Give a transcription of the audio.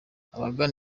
abagana